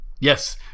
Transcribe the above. Yes